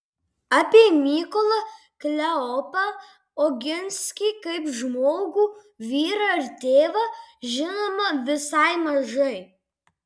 apie mykolą kleopą oginskį kaip žmogų vyrą ir tėvą žinoma visai mažai